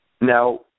Now